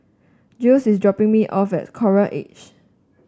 Giles is dropping me off at Coral Edge